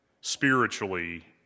spiritually